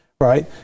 right